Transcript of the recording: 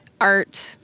art